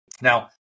Now